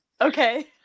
Okay